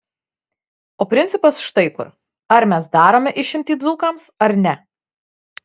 o principas štai kur ar mes darome išimtį dzūkams ar ne